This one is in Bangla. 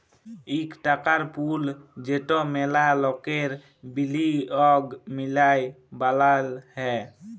ইক টাকার পুল যেট ম্যালা লকের বিলিয়গ মিলায় বালাল হ্যয়